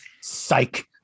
Psych